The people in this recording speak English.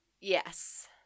Yes